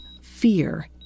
fear